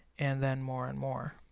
and then more and more.